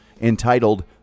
entitled